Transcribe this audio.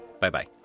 Bye-bye